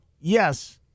yes—